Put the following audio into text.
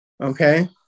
Okay